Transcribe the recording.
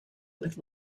with